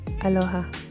aloha